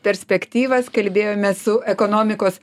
perspektyvas kalbėjomės su ekonomikos